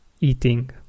eating